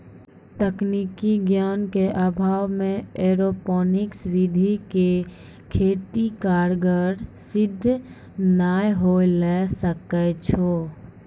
तकनीकी ज्ञान के अभाव मॅ एरोपोनिक्स विधि के खेती कारगर सिद्ध नाय होय ल सकै छो